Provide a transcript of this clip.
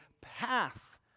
path